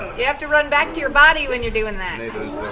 you have to run back to your body when you're doing that.